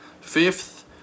Fifth